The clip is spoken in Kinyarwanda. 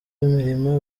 imirima